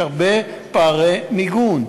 יש הרבה פערי מיגון.